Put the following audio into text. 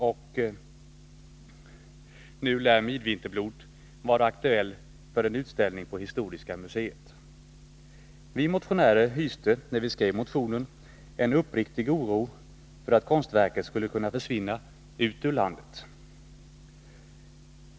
Och nu lär Midvinterblot vara aktuell för en utställning på Historiska museet. Vi motionärer hyste när vi skrev motionen en uppriktig oro för att konstverket skulle kunna försvinna ut ur landet.